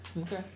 Okay